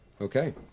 Okay